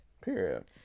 Period